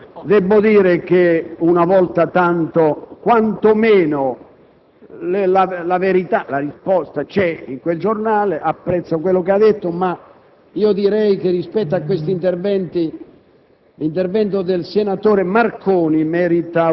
La ringrazio di cuore, senatore. Debbo dire che, una volta tanto, quantomeno la verità, la risposta, c'è in quel giornale. Apprezzo quello che ha detto, ma direi che rispetto a questi interventi